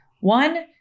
one